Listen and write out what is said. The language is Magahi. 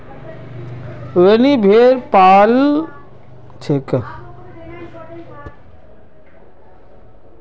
रोहिनी भेड़ पा ल छेक